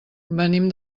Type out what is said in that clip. venim